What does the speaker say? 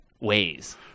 ways